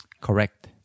Correct